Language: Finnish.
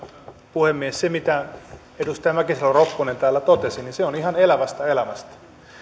puhemies se mitä edustaja mäkisalo ropponen täällä totesi on ihan elävästä elämästä